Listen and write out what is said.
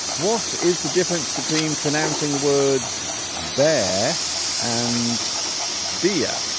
what is the difference between pronouncing the words bear and be a